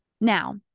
Now